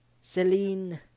Celine